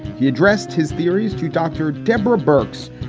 he addressed his theories to dr. deborah burks.